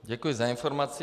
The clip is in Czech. Děkuji za informaci.